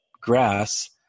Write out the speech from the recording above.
grass